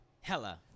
hella